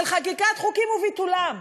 של חקיקת חוקים וביטולם.